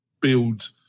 build